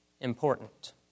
important